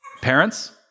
Parents